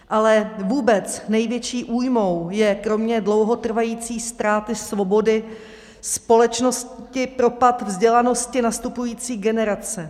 Ale vůbec největší újmou je kromě dlouhotrvající ztráty svobody společnosti propad vzdělanosti nastupující generace.